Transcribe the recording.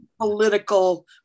political